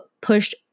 pushed